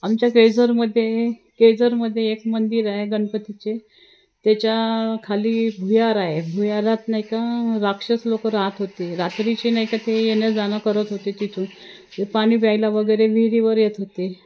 आमच्या केळझरमध्ये केळझरमध्ये एक मंदिर आहे गणपतीचे त्याच्या खाली भुयार आहे भुयारात नाही का राक्षस लोक राहत होते रात्रीची नाही का ते येणंजाणं करत होते तिथून ते पाणी प्यायला वगैरे विहिरीवर येत होते